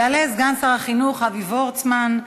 יעלה סגן שר החינוך אבי וורצמן,